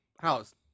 house